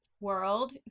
world